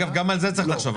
אגב, גם על זה צריך לחשוב.